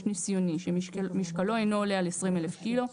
ניסיוני שמשקלו אינו עולה על 20,000 ק"ג,